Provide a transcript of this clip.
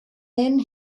then